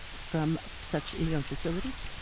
from such yeah facilities?